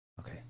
Okay